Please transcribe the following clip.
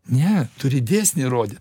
ne turi dėsnį rody